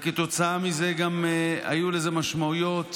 כתוצאה מזה היו לזה משמעויות